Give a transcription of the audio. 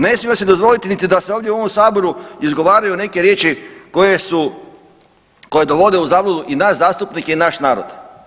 Ne smijemo si dozvoliti niti da se ovdje u ovom Saboru izgovaraju neke riječi koje su, koje dovode u zabludu i nas zastupnike i naš narod.